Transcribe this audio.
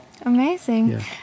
Amazing